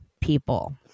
people